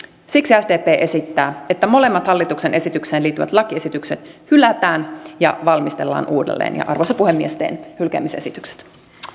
siksi sdp esittää että molemmat hallituksen esitykseen liittyvät lakiesitykset hylätään ja valmistellaan uudelleen arvoisa puhemies teen hylkäämisesitykset